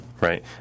right